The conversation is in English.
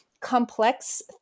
complex